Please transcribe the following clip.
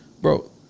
bro